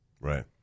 Right